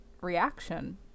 reaction